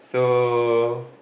so